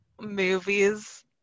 movies